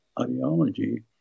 ideology